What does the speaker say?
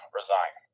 resign